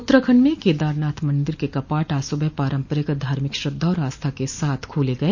उत्तराखंड में केदारनाथ मंदिर के कपाट आज सुबह पारंपरिक धार्मिक श्रद्धा और आस्था के साथ खोले गए